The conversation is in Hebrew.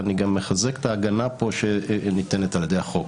ואני גם מחזק את ההגנה שניתנת על ידי החוק.